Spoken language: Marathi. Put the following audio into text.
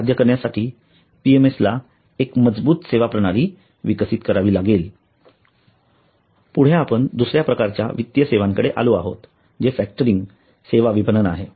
हे साध्य करण्यासाठी PMS ला एक मजबूत सेवा प्रणाली विकसित करावी लागेल पुढे आपण दुसर्या प्रकारच्या वित्तीय सेवांकडे आलो आहोत जे फॅक्टरिंग सेवा विपणन आहे